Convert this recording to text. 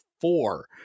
four